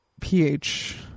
PH